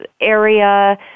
area